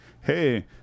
hey